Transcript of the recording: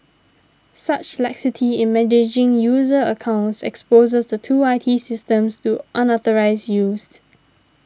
such laxity in managing user accounts exposes the two I T systems to unauthorised used